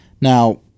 Now